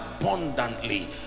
abundantly